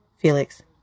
Felix